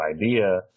idea